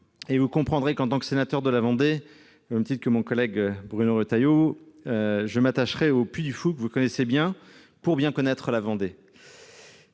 Vous comprendrez qu'en tant que sénateur de la Vendée, au même titre que mon collègue Bruno Retailleau, je m'attache au Puy du Fou, que vous connaissez bien, pour bien connaître la Vendée.